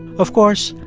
of course,